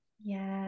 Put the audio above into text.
Yes